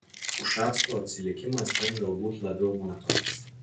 ušacko atsilikimas ten galbūt labiau matomas